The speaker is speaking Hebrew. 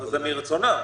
זה מרצונם.